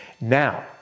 Now